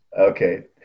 Okay